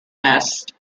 nest